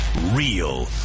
real